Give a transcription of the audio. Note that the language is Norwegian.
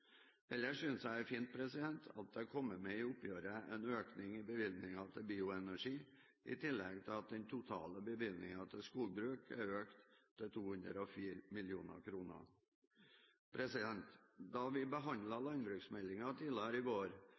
Ellers synes jeg det er fint at det er kommet med i oppgjøret en økning i bevilgningen til bioenergi, i tillegg til at den totale bevilgningen til skogbruk er økt til 204 mill. kr. Da vi behandlet landbruksmeldingen tidligere i vår, la vi til